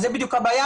זו בדיוק הטענה,